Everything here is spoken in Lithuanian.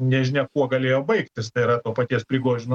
nežinia kuo galėjo baigtis tai yra to paties prigožino